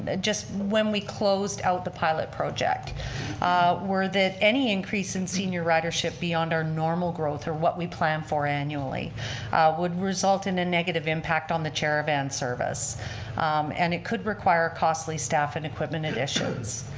ah just when we closed out the pilot project were that any increase in senior ridership beyond our normal growth or what we plan for annually would result in a negative impact on the chair-a-van service and it could require costly staff and equipment additions.